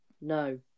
No